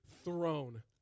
throne